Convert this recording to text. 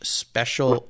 special